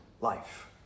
life